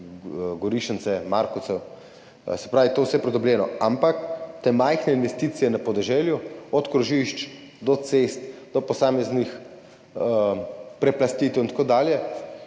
Gorišnice, Markovcev, se pravi, to je vse pridobljeno, ampak te majhne investicije na podeželju, od krožišč, cest, do posameznih preplastitev in tako dalje,